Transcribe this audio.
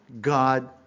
God